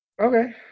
Okay